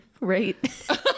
right